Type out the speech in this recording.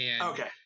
Okay